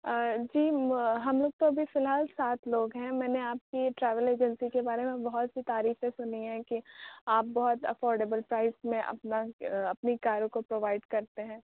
آ جی ہم لوگ تو ابھی فی الحال سات لوگ ہیں میں نے آپ کی یہ ٹریول ایجنسی کے بارے میں بہت سی تعریفیں سُنی ہیں کہ آپ بہت افورڈیبل پرائس میں اپنا اپنی کاروں کو پرووائڈ کرتے ہیں